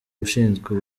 ushinzwe